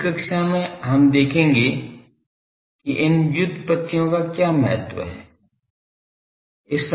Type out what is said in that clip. अगली कक्षा में हम देखेंगे कि इन व्युत्पत्तियों का क्या महत्व है